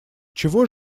чего